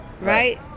Right